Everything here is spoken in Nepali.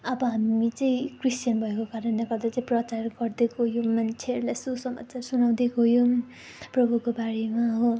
अब हामी चाहिँ क्रिस्चियन भएको कारणले गर्दा चाहिँ प्रचार गर्दै गयौँ मान्छेहरूलाई सुसमाचार सुनाउँदै गयौँ प्रभुको बारेमा हो